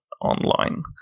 online